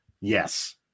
yes